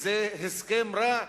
וזה הסכם רע,